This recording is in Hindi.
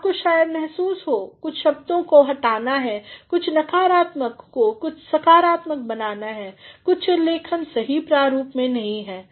आपको अक्सर शायद महसूस हो कुछ शब्दों को हटाना है कुछ नकारात्मक को सकारात्मक बनाना है कुछ उल्लेखनसही प्रारूप में नहीं हैं